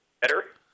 Better